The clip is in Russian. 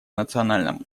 национальном